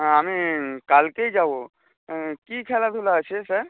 হ্যাঁ আমি কালকেই যাবো কি খেলাধুলা আছে স্যার